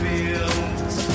Fields